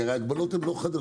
כי הרי ההגבלות הן לא חדשות,